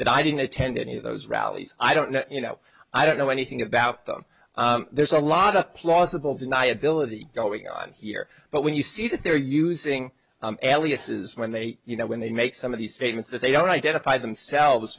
that i didn't attend any of those rallies i don't know you know i don't know anything about them there's a lot of plausible deniability going on here but when you see that they're using ases when they you know when they make some of these statements that they don't identify themselves